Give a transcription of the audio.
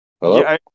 Hello